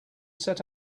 set